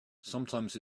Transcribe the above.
sometimes